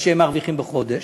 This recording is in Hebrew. מה שהם מרוויחים בחודש.